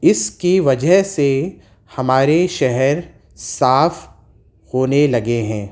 اس کی وجہ سے ہمارے شہر صاف ہونے لگے ہیں